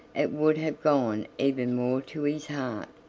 it would have gone even more to his heart.